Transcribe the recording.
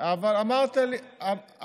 אמרתי לך שבוועדת שרים לחקיקה לא תהיה בעיה,